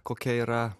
kokia yra